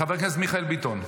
חבר הכנסת מיכאל ביטון.